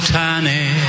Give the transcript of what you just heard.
tiny